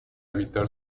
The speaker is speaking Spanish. evitar